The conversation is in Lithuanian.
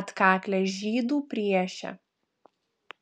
atkaklią žydų priešę